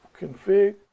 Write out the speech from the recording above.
config